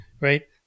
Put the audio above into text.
right